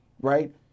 right